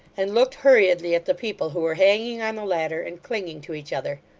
and looked hurriedly at the people who were hanging on the ladder and clinging to each other.